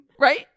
Right